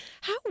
How